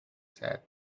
said